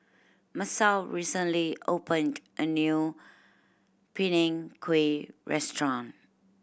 Masao recently opened a new Png Kueh restaurant